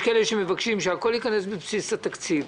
יש כאלה שמבקשים שהכול ייכנס בבסיס התקציב,